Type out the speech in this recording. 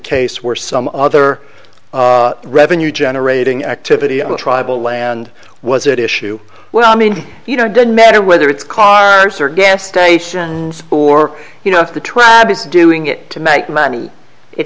case where some other revenue generating activity of a tribal land was it issue well i mean you know it doesn't matter whether it's carcer gas stations or you know if the travis is doing it to make money it